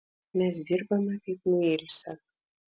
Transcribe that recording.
mes dirbame kaip nuilsę